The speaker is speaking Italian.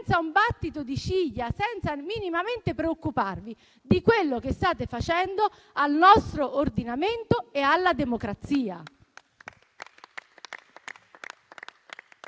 senza un battito di ciglia, senza minimamente preoccuparvi di quello che state facendo al nostro ordinamento e alla democrazia.